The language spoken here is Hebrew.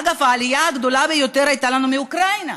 אגב, העלייה הגדולה ביותר הייתה לנו מאוקראינה.